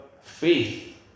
faith